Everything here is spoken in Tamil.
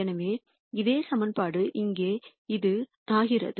எனவே அதே சமன்பாடு இங்கே இது ஆகிறது